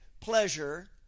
pleasure